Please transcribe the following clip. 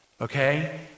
Okay